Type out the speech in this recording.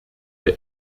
der